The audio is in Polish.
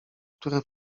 które